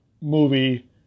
Movie